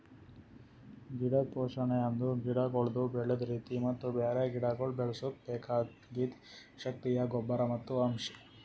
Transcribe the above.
ಗಿಡದ್ ಪೋಷಣೆ ಅಂದುರ್ ಗಿಡಗೊಳ್ದು ಬೆಳದ್ ರೀತಿ ಮತ್ತ ಬ್ಯಾರೆ ಗಿಡಗೊಳ್ ಬೆಳುಸುಕ್ ಬೆಕಾಗಿದ್ ಶಕ್ತಿಯ ಗೊಬ್ಬರ್ ಮತ್ತ್ ಅಂಶ್